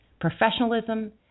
professionalism